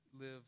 live